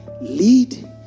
Lead